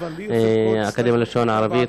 לאקדמיה ללשון הערבית,